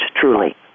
truly